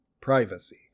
Privacy